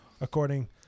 according